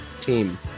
team